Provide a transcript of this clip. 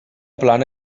plana